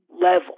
level